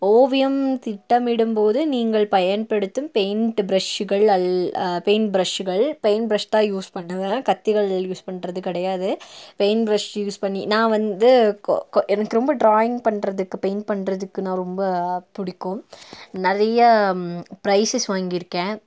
ஓவியம் திட்டமிடும் போது நீங்கள் பயன்படுத்தும் பெயிண்டு ப்ரஷ்கள் அல் பெயிண்ட் ப்ரஷ்கள் பெயிண்ட் ப்ரஷ் தான் யூஸ் பண்ணுவேன் கத்திகள் யூஸ் பண்ணுறது கிடையாது பெயிண்ட் ப்ரஷ் யூஸ் பண்ணி நான் வந்து கோ கோ எனக்கு ரொம்ப ட்ராயிங் பண்ணுறதுக்கு பெயிண்ட் பண்ணுறதுக்கு நான் ரொம்ப பிடிக்கும் நிறைய ப்ரைசஸ் வாங்கியிருக்கேன்